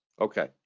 Okay